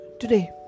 today